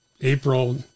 April